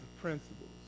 principles